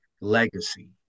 legacy